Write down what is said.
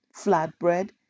flatbread